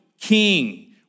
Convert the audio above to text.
king